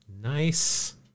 Nice